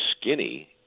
skinny